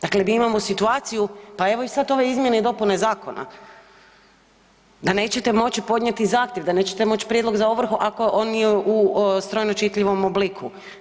Dakle, mi imamo situaciju pa evo sad ove izmjene i dopune zakona da nećete moći podnijeti zahtjev, da nećete moći prijedlog za ovrhu, ako on nije u strojno čitljivom obliku.